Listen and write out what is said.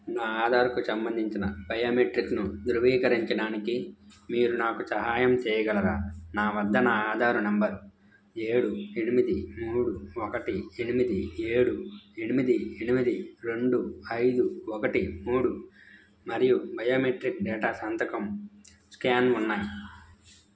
నా ఆధార్కు సంబంధించిన బయోమెట్రిక్స్ను ధృవీకరించడానికి మీరు నాకు సహాయం చేయగలరా నా వద్ద నా ఆధారు నెంబర్ ఏడు ఎనిమిది మూడు ఒకటి ఎనిమిది ఏడు ఎనిమిది ఎనిమిది రెండు ఐదు ఒకటి మూడు మరియు బయోమెట్రిక్స్ డేటా సంతకం స్కాన్ ఉన్నాయి